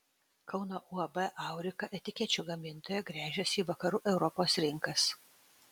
kauno uab aurika etikečių gamintoja gręžiasi į vakarų europos rinkas